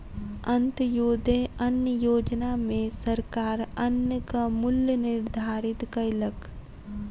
अन्त्योदय अन्न योजना में सरकार अन्नक मूल्य निर्धारित कयलक